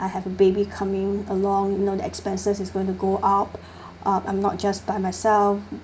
I have a baby coming along you know the expenses is going to go up I'm not just by myself